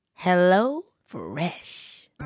HelloFresh